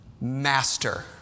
Master